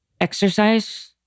exercise